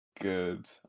Good